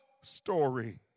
story